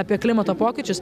apie klimato pokyčius